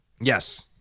Yes